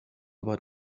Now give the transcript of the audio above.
about